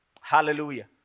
Hallelujah